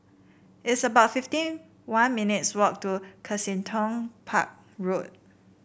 it's about fifty one minutes' walk to Kensington Park Road